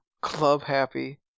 club-happy